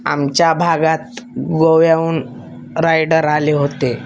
आमच्या भागात गोव्याहून रायडर आले होते